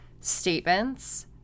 statements